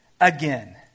again